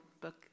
book